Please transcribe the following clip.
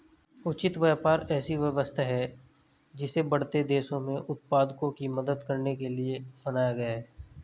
उचित व्यापार ऐसी व्यवस्था है जिसे बढ़ते देशों में उत्पादकों की मदद करने के लिए बनाया गया है